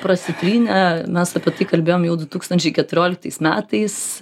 prasitrynę mes apie tai kalbėjom jau du tūkstančiai keturioliktais metais